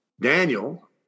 Daniel